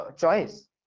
choice